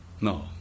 No